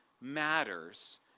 matters